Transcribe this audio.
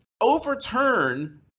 overturn